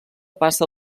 passa